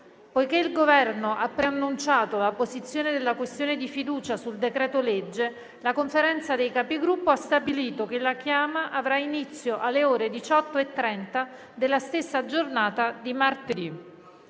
Poiché il Governo ha preannunciato la posizione della questione di fiducia sul decreto-legge, la Conferenza dei Capigruppo ha stabilito che la chiama avrà inizio alle ore 18,30 della stessa giornata di martedì.